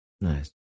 Nice